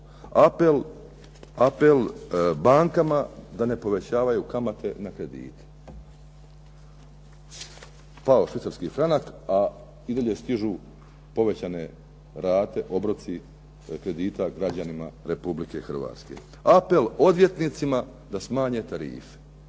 Apel bankama da ne povećavaju kamate na kredite. Pao je švicarski franak a i dalje stižu povećane rate, obroci kredita građanima Republike Hrvatske. Apel odvjetnicima da smanje tarife.